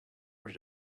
rid